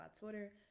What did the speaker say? Twitter